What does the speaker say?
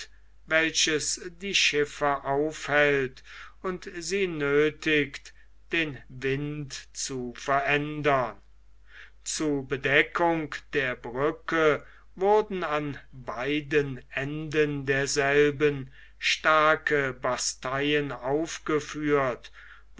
welches die schiffe aufhält und sie nöthigt den wind zu verändern zu bedeckung der brücke wurden an beiden enden derselben starke basteien aufgeführt